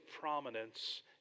prominence